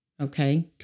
okay